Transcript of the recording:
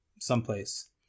someplace